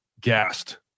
gassed